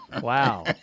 Wow